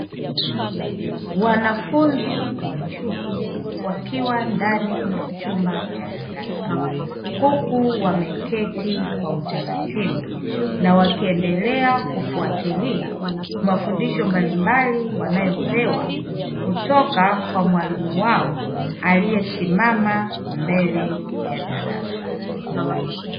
Wanafunzi wa chuo, wakiwa ndani ya chumba cha darasa. Huku wameketi kwa utaratibu na wakiendelea kufuatilia mafundisho mbalimbali, wanayopewa kutoka kwa mwalimu wao aliyesimama mbele ya darasa.